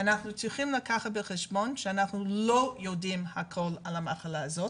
אנחנו צריכים לקחת בחשבון שאנחנו לא יודעים הכל על המחלה הזאת,